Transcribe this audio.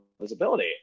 visibility